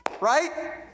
right